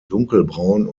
dunkelbraun